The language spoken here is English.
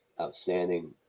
outstanding